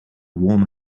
warm